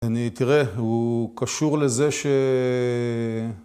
אני... תראה, הוא קשור לזה ש...